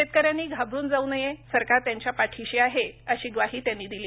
शेतकऱ्यांनी घाबरून जाऊ नये सरकार त्यांच्या पाठीशी आहे अशी ग्वाही त्यांनी दिली